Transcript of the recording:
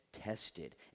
tested